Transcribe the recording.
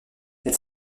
elle